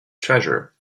treasure